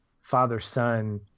father-son